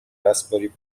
raspberry